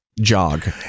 jog